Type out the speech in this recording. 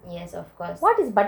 yes of course